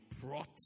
brought